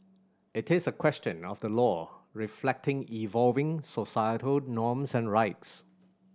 it is a question of the law reflecting evolving societal norms and rights